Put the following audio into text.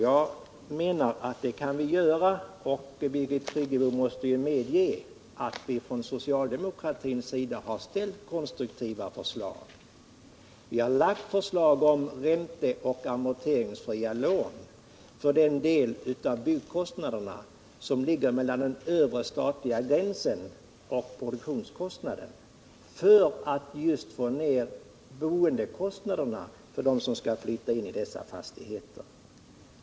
Jag anser att vi skall göra det, och Birgit Friggebo måste ju medge att vi från socialdemokratins sida ställt konstruktiva förslag. Vi har lagt fram förslag om ränte och amorteringsfria lån för den del av byggkostnaderna som ligger mellan den övre statliga lånegränsen och produktionskostnaden just för att få ned boendekostnaderna för dem som skall flytta in i dessa fastigheter.